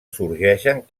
sorgeixen